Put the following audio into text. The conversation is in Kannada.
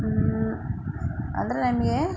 ಹ್ಮ್ ಅಂದರೆ ನನಗೆ